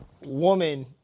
woman